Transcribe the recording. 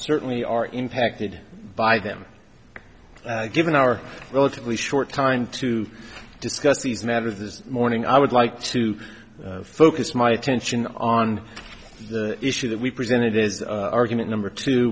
certainly are impacted by them given our relatively short time to discuss these matters this morning i would like to focus my attention on the issue that we presented as argument number two